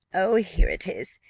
oh, here it is,